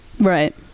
Right